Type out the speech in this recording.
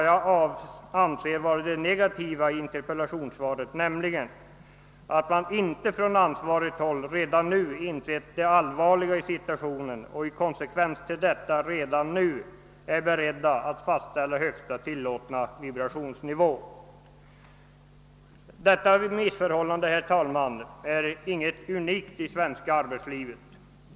Jag anser det vara en brist i interpellationssvaret att det inte av detta framgår att man på ansvarigt håll insett det allvarliga i situationen och i konsekvens härmed redan nu är beredd att fastställa en högsta tillåten vibrationsnivå. Detta missförhållande är, herr tal man, inget unikt i det svenska arbetslivet.